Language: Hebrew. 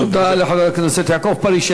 תודה לחבר הכנסת יעקב פרי.